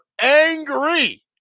angry